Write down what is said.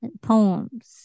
poems